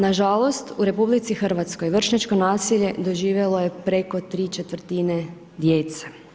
Nažalost, u RH, vršnjačko nasilje doživjelo je preko tri četvrtine djece.